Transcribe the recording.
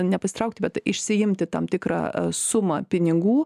nepasitraukti bet išsiimti tam tikrą sumą pinigų